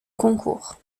concours